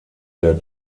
der